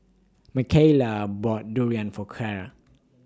Makayla bought Durian For Kyra